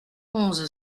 onze